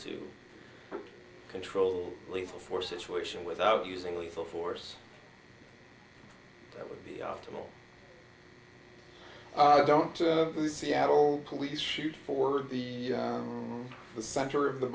to control lethal force situation without using lethal force that would be optimal don't do seattle police shoot forward the the center of the